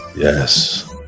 yes